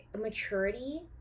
maturity